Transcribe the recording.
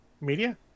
media